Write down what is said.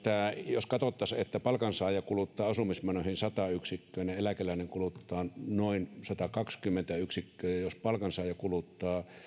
jos katsottaisiin että palkansaaja kuluttaa asumismenoihin sata yksikköä niin eläkeläinen kuluttaa noin satakaksikymmentä yksikköä ja jos palkansaaja kuluttaa